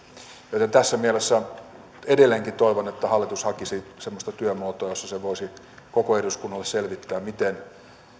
joten tässä mielessä edelleenkin toivon että hallitus hakisi semmoista työmuotoa jossa se voisi koko eduskunnalle selvittää miten